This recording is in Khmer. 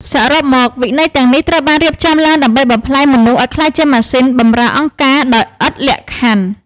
សរុបមក វិន័យទាំងនេះត្រូវបានរៀបចំឡើងដើម្បីបំប្លែងមនុស្សឱ្យក្លាយជាម៉ាស៊ីនបម្រើអង្គការដោយឥតលក្ខខណ្ឌ។